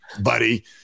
buddy